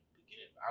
beginning